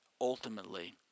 ultimately